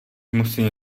musíme